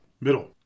Middle